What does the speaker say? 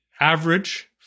average